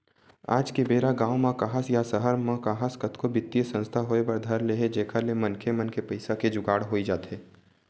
आज के बेरा गाँव म काहस या सहर म काहस कतको बित्तीय संस्था होय बर धर ले हे जेखर ले मनखे मन के पइसा के जुगाड़ होई जाथे